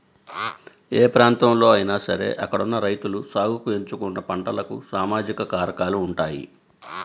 ఏ ప్రాంతంలో అయినా సరే అక్కడున్న రైతులు సాగుకి ఎంచుకున్న పంటలకు సామాజిక కారకాలు ఉంటాయి